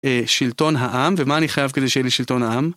אה, שלטון העם, ומה אני חייב כדי שיהיה לי שלטון העם?